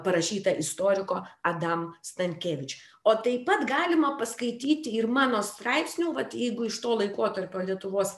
parašyta istoriko adam stankevič o taip pat galima paskaityt ir mano straipsnių vat jeigu iš to laikotarpio lietuvos